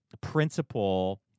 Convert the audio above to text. principle